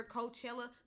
Coachella